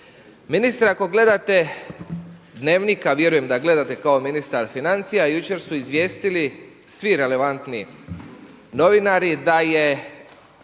Ministre, ako gledate Dnevnik, a vjerujem da gledate kao ministar financija, jučer su izvijestili svi relevantni novinari da je